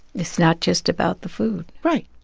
it's not just about the food right